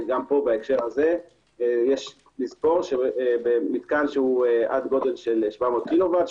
וגם פה בהקשר הזה יש לזכור שמתקן שעד גודל של 700 קילו ואט,